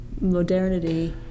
Modernity